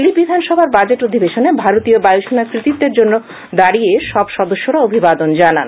দিল্লি বিধানসভার বাজেট অধিবেশনে ভারতীয় বায়ু সেনার কৃতিত্বের জন্য দাঁডিয়ে সব সদস্যরা অভিবাদন জানান